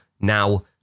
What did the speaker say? now